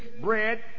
bread